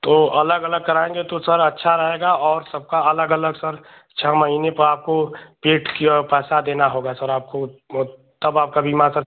तो अलग अलग कराएँगे तो सर अच्छा रहेगा और सबका अलग अलग सर छह महीने पर आपको पेड किया हुआ पैसा देना होगा सर आपको तब आपका बीमा सर